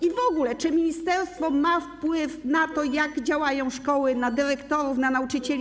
I w ogóle czy ministerstwo ma wpływ na to, jak działają szkoły, na dyrektorów, na nauczycieli?